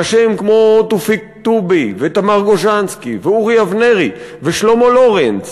אנשים כמו תופיק טובי ותמר גוז'נסקי ואורי אבנרי ושלמה לורינץ,